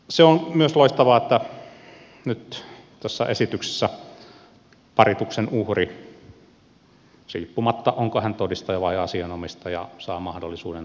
se on myös loistavaa että nyt tässä esityksessä parituksen uhri riippumatta siitä onko hän todistaja vai asianomistaja saa mahdollisuuden avustajaan ja tukihenkilöön